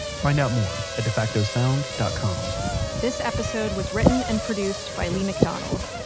find out more at defacto sound dot com this episode was written and produced by leigh mcdonald.